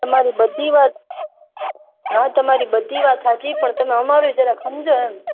તમારી બધી વાત હા તમારી બધી વાત સાચી પણ તમે અમારુંય જરાક હમજો એમ